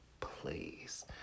please